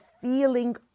feeling